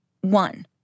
One